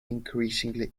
increasingly